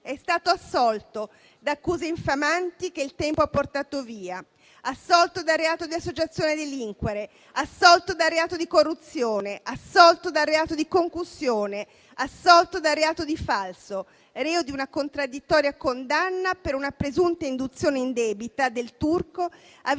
È stato assolto da accuse infamanti che il tempo ha portato via: assolto dal reato di associazione a delinquere, assolto dal reato di corruzione, assolto dal reato di concussione, assolto dal reato di falso. Reo di una contraddittoria condanna per una presunta induzione indebita, Del Turco ha vissuto